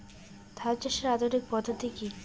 ধান চাষের আধুনিক পদ্ধতি কি?